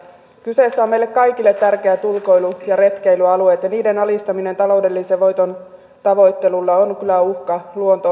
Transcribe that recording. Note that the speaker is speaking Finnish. kyseessä ovat meille kaikille tärkeät ulkoilu ja retkeilyalueet ja niiden alistaminen taloudellisen voiton tavoittelulle on kyllä uhka luontoarvoille